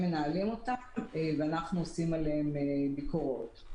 מנהלים אותם ואנחנו עושים עליהם ביקורות.